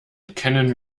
kennen